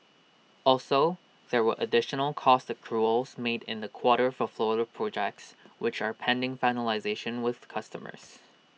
also there were additional cost accruals made in the quarter for floater projects which are pending finalisation with customers